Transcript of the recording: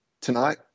Tonight